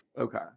Okay